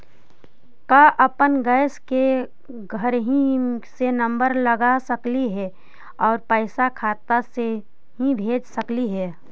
का अपन गैस के घरही से नम्बर लगा सकली हे और पैसा खाता से ही भेज सकली हे?